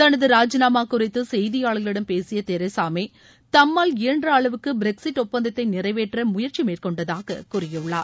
தனது ராஜினாமா குறித்து செய்தியாளர்களிடம் பேசிய தெரசா மே தம்மால் இயன்ற அளவுக்கு பிரக்சிஸ்ட் ஒப்பந்தத்தை நிறைவேற்ற முயற்சி மேற்கொண்டதாகக் கூறியுள்ளார்